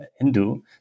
Hindu